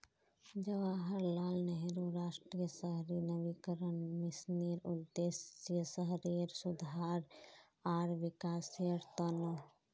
जवाहरलाल नेहरू राष्ट्रीय शहरी नवीकरण मिशनेर उद्देश्य शहरेर सुधार आर विकासेर त न